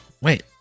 wait